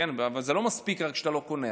אבל זה לא מספיק רק שאתה לא קונה,